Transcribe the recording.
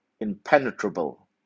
impenetrable